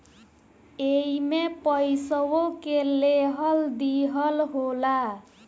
एईमे पइसवो के लेहल दीहल होला